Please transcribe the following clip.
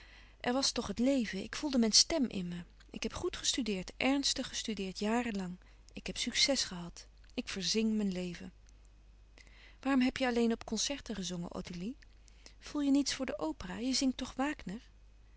er was toch het leven ik voelde mijn stem in me ik heb goed gestudeerd ernstig gestudeerd jaren lang ik heb succes gehad ik verzing mijn leven waarom heb je alleen op concerten gezongen ottilie voel je louis couperus van oude menschen de dingen die voorbij gaan niets voor de opera je zingt toch wagner